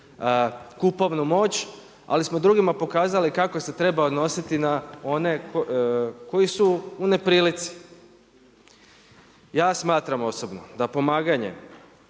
kupovnu moć, ali smo drugima pokazali kako se treba odnositi na one koji su u neprilici. Ja smatram osobno, da pomaganje